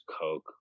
coke